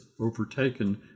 overtaken